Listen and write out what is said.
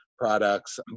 Products